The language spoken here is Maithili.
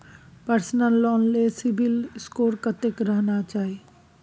पर्सनल लोन ले सिबिल स्कोर कत्ते रहना चाही?